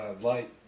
light